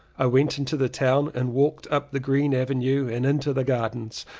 i went into the town and walked up the green avenue and into the gardens.